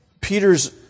Peter's